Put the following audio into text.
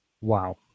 Wow